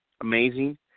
Amazing